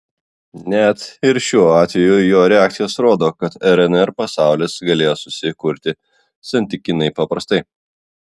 net ir šiuo atveju jo reakcijos rodo kad rnr pasaulis galėjo susikurti santykiniai paprastai